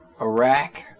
Iraq